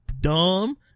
dumb